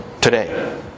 today